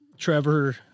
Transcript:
Trevor